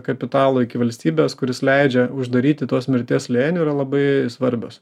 kapitalo iki valstybės kuris leidžia uždaryti tuos mirties slėnio yra labai svarbios